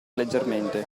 leggermente